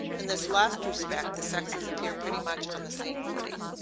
in this last respect, the sexes appear pretty much on the same footing.